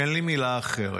אין לי מילה אחרת.